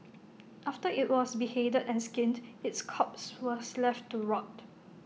after IT was beheaded and skinned its corpse was left to rot